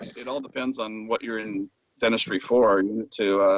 it all depends on what you're in dentistry for to